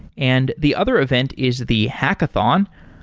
and the other event is the hackathon.